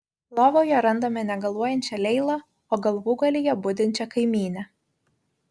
lovoje randame negaluojančią leilą o galvūgalyje budinčią kaimynę